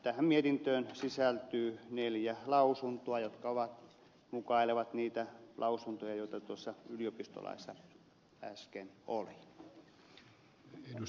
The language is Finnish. tähän mietintöön sisältyy neljä lausumaa jotka mukailevat niitä lausumia joita tuossa yliopistolaissa äsken oli